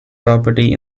property